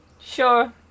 Sure